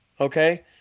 Okay